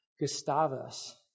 Gustavus